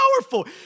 powerful